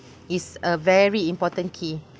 is a very important key